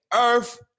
Earth